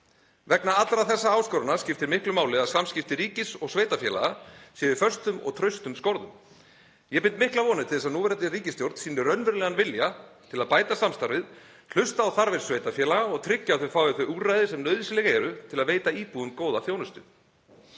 Vegna allra þessara áskorana skiptir miklu máli að samskipti ríkis og sveitarfélaga séu í föstum og traustum skorðum. Ég bind miklar vonir við að núverandi ríkisstjórn sýni raunverulegan vilja til að bæta samstarfið, hlusti á þarfir sveitarfélaga og tryggi að þau fái þau úrræði sem nauðsynleg eru til að veita íbúum góða þjónustu.